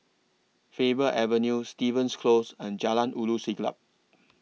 Faber Avenue Stevens Close and Jalan Ulu Siglap